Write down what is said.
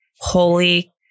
holy